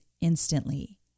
instantly